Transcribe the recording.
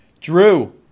Drew